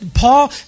Paul